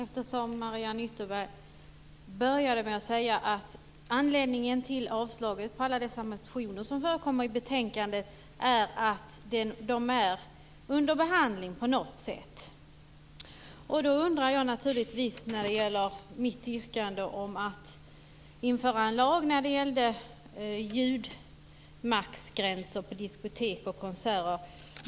Herr talman! Mariann Ytterberg började med att säga att anledningen till att alla dessa motioner avstyrks är att frågorna är under behandling. Jag har ett yrkande om att införa lag om maxgränser för ljud på diskotek och konserter.